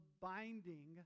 binding